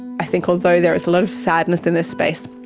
i think although there is a lot of sadness in this space,